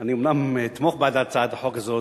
אני אומנם אתמוך בהצעת החוק הזאת,